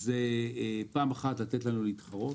זה לתת לנו להתחרות,